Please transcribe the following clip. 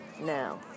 now